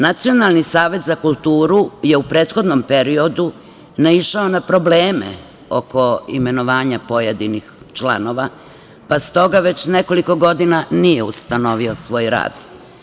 Nacionalni savet za kulturu je u prethodnom periodu naišao na probleme oko imenovanja pojedinih članova, pa, stoga, već nekoliko godina nije ustanovio svoj rad.